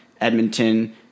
Edmonton